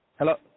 Hello